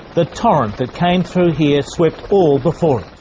the torrent that came through here swept all before